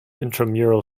intramural